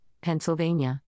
Pennsylvania